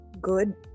good